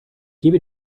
gebe